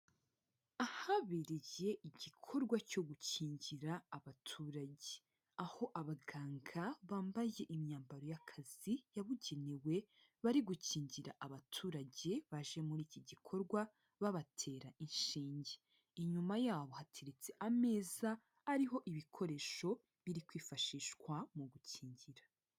Ahabereye igikorwa cyo gukingira abaturage, aho abaganga bambaye imyambaro y'akazi yabugenewe, bari gukingira abaturage baje muri iki gikorwa babatera inshinge, inyuma yabo hateretse ameza ariho ibikoresho biri kwifashishwa mu gukingira.